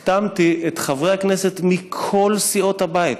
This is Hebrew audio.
החתמתי את חברי הכנסת מכל סיעות הבית.